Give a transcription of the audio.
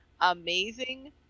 amazing